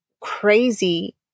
crazy